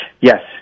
yes